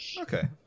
Okay